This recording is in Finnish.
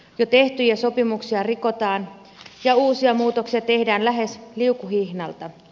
jo tehtyjä sopimuksia rikotaan ja uusia muutoksia tehdään lähes liukuhihnalta